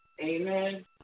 Amen